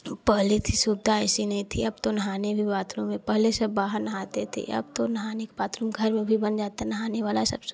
पहले कि सुविधा ऐसी नहीं थी अब तो नहाने में बाथरूम पहले सब बाहर नहाते थे अब तो नहाने बाथरूम घर भी बन जाता नहाने वाला सब सुविधा